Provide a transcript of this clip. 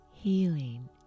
Healing